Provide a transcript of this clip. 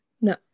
No